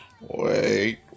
Wait